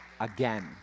again